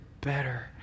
better